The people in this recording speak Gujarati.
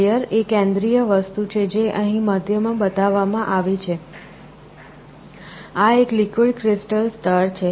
લેયર એ કેન્દ્રીય વસ્તુ છે જે અહીં મધ્યમાં બતાવવામાં આવી છે આ એક લિક્વિડ ક્રિસ્ટલ સ્તર છે